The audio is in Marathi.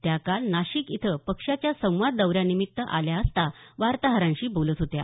त्या काल नाशिक इथं पक्षाच्या संवाद दौऱ्यानिमित्त आल्या असता वार्ताहरांशी बोलत होत्या